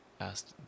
asked